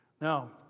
Now